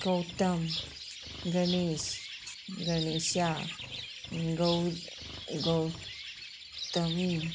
गौतम गणेश गणेशा गौ गौ तमी